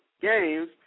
games